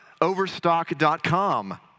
Overstock.com